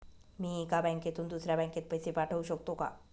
मी एका बँकेतून दुसऱ्या बँकेत पैसे पाठवू शकतो का?